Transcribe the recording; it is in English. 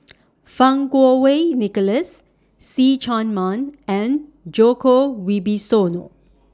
Fang Kuo Wei Nicholas See Chak Mun and Djoko Wibisono